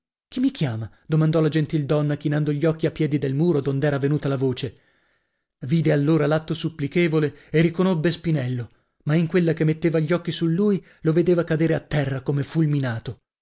chi mi chiama domandò la gentildonna chinando gli occhi a piedi del muro dond'era venuta la voce vide allora l'atto supplichevole e riconobbe spinello ma in quella che metteva gli occhi su lui lo vedeva cadere a terra come fulminato